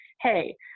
hey